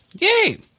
Yay